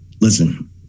listen